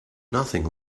nothing